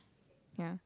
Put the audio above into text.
yeah